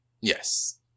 Yes